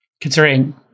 considering